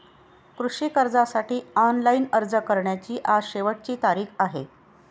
कृषी कर्जासाठी ऑनलाइन अर्ज करण्याची आज शेवटची तारीख आहे